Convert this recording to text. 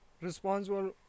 responsible